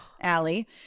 Allie